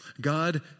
God